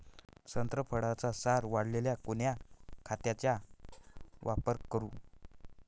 संत्रा फळाचा सार वाढवायले कोन्या खताचा वापर करू?